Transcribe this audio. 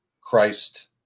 Christ